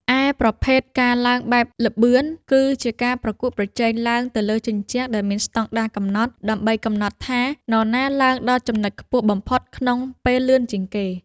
ឯប្រភេទ ការឡើងបែបល្បឿន គឺជាការប្រកួតប្រជែងឡើងទៅលើជញ្ជាំងដែលមានស្តង់ដារកំណត់ ដើម្បីកំណត់ថានរណាឡើងដល់ចំណុចខ្ពស់បំផុតក្នុងពេលលឿនជាងគេ។